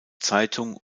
zeitung